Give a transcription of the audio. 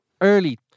Early